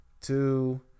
two